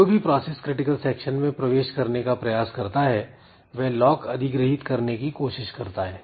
जो भी process critical section में प्रवेश करने का प्रयास करता है वह लॉक अधिग्रहीत करने की कोशिश करता है